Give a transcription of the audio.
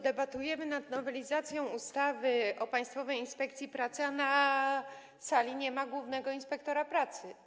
Debatujemy nad nowelizacją ustawy o Państwowej Inspekcji Pracy, a na sali nie ma głównego inspektora pracy.